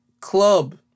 club